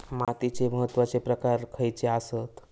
मातीचे महत्वाचे प्रकार खयचे आसत?